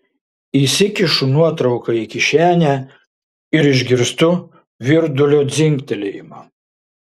įsikišu nuotrauką į kišenę ir išgirstu virdulio dzingtelėjimą